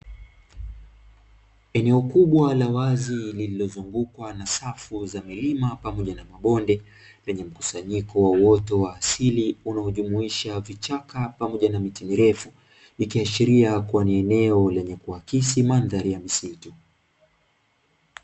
Eneo kubwa la wazi lililozungukwa na safu za milima pamoja na mabonde lenye mkusanyiko wa uoto wa asili, unaojumuisha vichaka pamoja na miti mirefu: ikiashiria kuwa ni eneo lenye kuakisi mandhari ya misitu.